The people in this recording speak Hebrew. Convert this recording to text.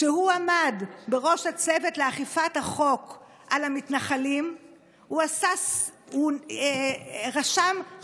כשהוא עמד בראש הצוות לאכיפת החוק על המתנחלים הוא רשם נהלים מיוחדים,